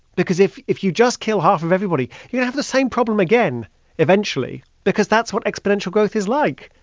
because if if you just kill half of everybody, you'd have the same problem again eventually because that's what exponential growth is like.